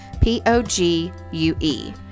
P-O-G-U-E